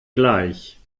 gleich